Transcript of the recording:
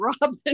Robin